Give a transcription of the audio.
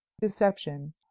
deception